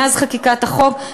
מאז חקיקת החוק,